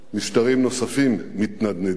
משטרים נוספים מתנדנדים